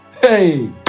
hey